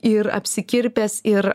ir apsikirpęs ir